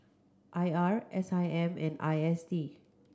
I R S I M and I S D